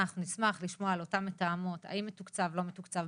אנחנו נשמח לשמוע על אותן מתאמות והאם מתוקצב או לא מתוקצב,